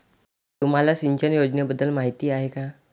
तुम्हाला सिंचन योजनेबद्दल माहिती आहे का?